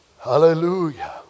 Hallelujah